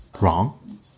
wrong